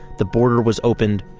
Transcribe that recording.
the border was opened,